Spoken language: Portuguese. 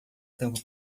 tampa